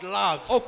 loves